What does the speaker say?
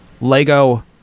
Lego